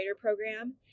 program